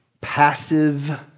passive